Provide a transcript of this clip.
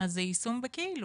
אז זה יישום בכאילו.